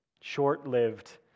short-lived